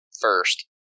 first